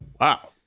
Wow